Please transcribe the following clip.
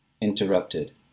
interrupted